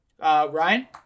Ryan